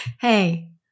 Hey